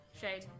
Shade